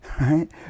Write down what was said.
Right